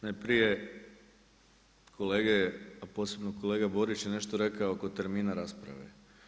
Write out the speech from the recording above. Najprije kolege a posebno kolega Borić je nešto rekao kod termina rasprave.